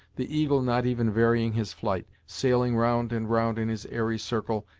the eagle not even varying his flight, sailing round and round in his airy circle,